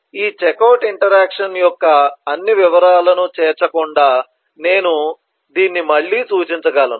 ఈ checkout interaction యొక్క అన్ని వివరాలను చేర్చకుండా నేను దీన్ని మళ్ళీ సూచించగలను